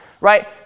right